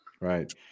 Right